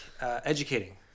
Educating